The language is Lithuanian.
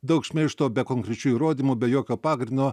daug šmeižto be konkrečių įrodymų be jokio pagrindo